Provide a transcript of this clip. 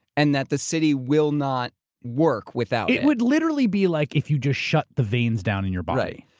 and that the city will not work without it. it would literally be like if you just shut the veins down in your body.